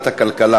הדואר